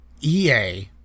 EA